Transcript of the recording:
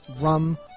rum